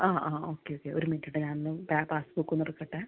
ആ ആ okay okay ഒര് മിനുട്ട് കേട്ടോ ഞാൻ ഒന്ന് ബാങ്ക് പാസ്ബുക്ക് ഒന്ന് എടുക്കട്ടെ